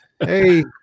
Hey